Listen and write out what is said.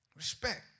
respect